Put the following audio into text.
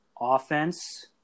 offense